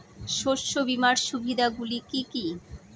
শস্য বীমার সুবিধা গুলি কি কি?